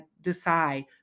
decide